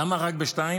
למה רק בשתיים?